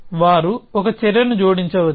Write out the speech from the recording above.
వారు ఒక చర్యను జోడించవచ్చు